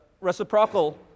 reciprocal